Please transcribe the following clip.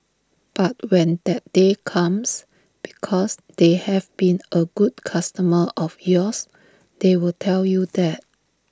but when that day comes because they have been A good customer of yours they will tell you that